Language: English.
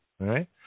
Right